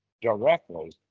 directly